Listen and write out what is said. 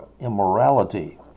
immorality